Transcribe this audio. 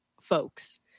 folks